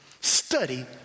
study